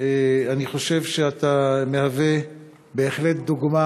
אני חושב שאתה משמש בהחלט דוגמה